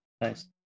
Nice